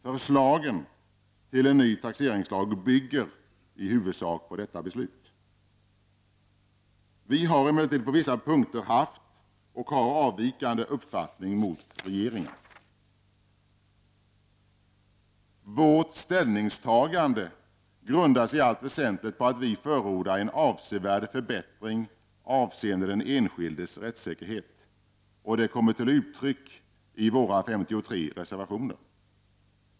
Förslagen till en ny tax eringslag bygger i huvudsak på detta beslut. Vi hade — och har — emellertid på vissa punkter avvikande uppfattning i förhållande till regeringen. Vårt ställningstagande grundar sig i allt väsentligt på att vi förordar en avsevärd förbättring av den enskildes rättssäkerhet, och det kommer till uttryck i våra 53 reservationer.